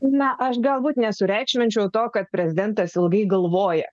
na aš galbūt nesureikšminčiau to kad prezidentas ilgai galvoja